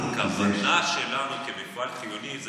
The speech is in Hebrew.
הכוונה שלנו למפעל חיוני זה